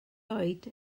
oed